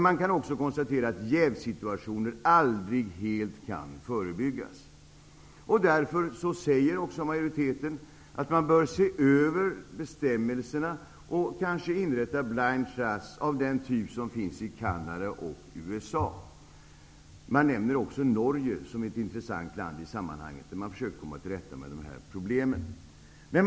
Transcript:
Man konstaterar dock att jävssituationen aldrig helt kan förebyggas. Därför säger majoriteten också att bestämmelserna bör ses över och blind trust införas, av den typ som finns i Canada och USA. Norge nämns också som ett intressant land, där man har försökt komma till rätta med problemen.